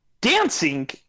dancing